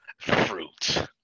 Fruit